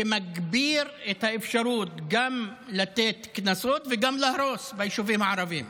שמגביר את האפשרות גם לתת קנסות וגם להרוס ביישובים הערביים.